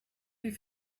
die